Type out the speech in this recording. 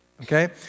okay